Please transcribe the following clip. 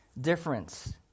difference